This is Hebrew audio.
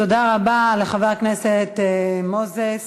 תודה רבה לחבר הכנסת מוזס.